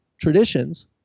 traditions